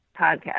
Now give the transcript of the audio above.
podcast